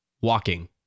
walking